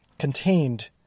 contained